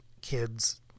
kids